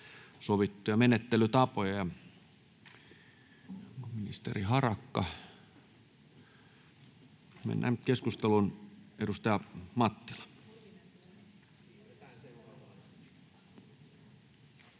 sovittuja menettelytapoja. — Ministeri Harakka poissa. — Mennään keskusteluun. Edustaja Mattila.